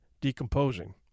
decomposing